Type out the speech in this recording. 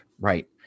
Right